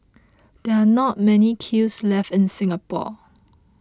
there are not many kilns left in Singapore